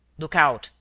look out!